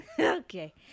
Okay